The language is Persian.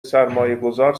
سرمایهگذار